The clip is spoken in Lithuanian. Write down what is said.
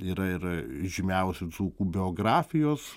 yra ir žymiausių dzūkų biografijos